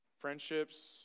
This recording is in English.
Friendships